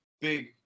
big